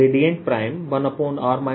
r r